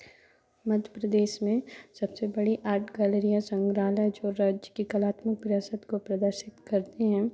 मध्य प्रदेश में सबसे बड़ी आर्ट गैलरियाँ संग्राहलय जो राज्य की कलात्मक विरासत को प्रदर्शित करते हैं